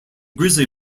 grizzly